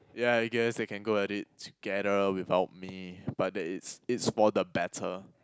ya I guess they can go at it together without me but that is is for the better